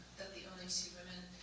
the only two women